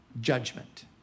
judgment